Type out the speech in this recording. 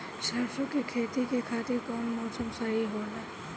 सरसो के खेती के खातिर कवन मौसम सही होला?